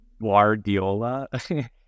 wardiola